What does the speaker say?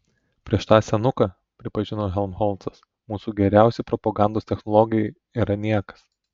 prieš tą senuką pripažino helmholcas mūsų geriausi propagandos technologai yra niekas